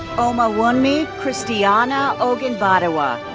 omowunmi christiana ogunbadewa.